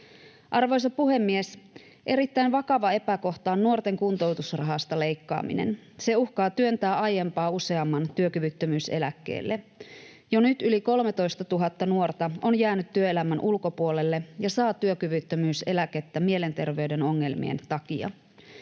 Arvoisa puhemies! Erittäin vakava epäkohta on nuorten kuntoutusrahasta leikkaaminen. Se uhkaa työntää aiempaa useamman työkyvyttömyyseläkkeelle. Jo nyt yli 13 000 nuorta on jäänyt työelämän ulkopuolelle ja saa työkyvyttömyyseläkettä mielenterveyden ongelmien takia.